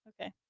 Okay